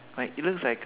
like it looks like